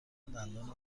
دندان